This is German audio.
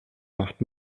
macht